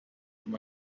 from